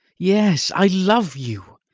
yes, i love you!